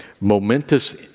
momentous